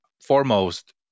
foremost